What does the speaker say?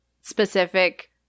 specific